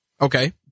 Okay